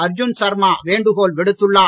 அர்ஜுன் சர்மா வேண்டுகோள் விடுத்துள்ளார்